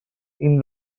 این